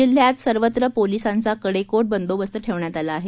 जिल्ह्यात सर्वत्र पोलिसांचा कडेकोट बंदोबस्त ठेवण्यात आला आहे